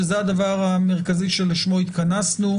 שזה הדבר המרכזי שלשמו התכנסנו.